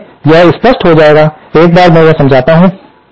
इसलिए यह स्पष्ट हो जाएगा एक बार मैं यह समझाता हूं